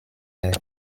air